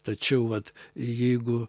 tačiau vat jeigu